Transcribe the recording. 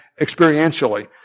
experientially